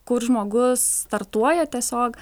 kur žmogus startuoja tiesiog